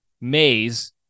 maze